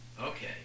Okay